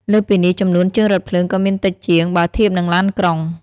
លើសពីនេះ ចំនួនជើងរថភ្លើងក៏មានតិចជាង បើធៀបនឹងឡានក្រុង។